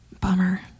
Bummer